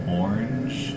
orange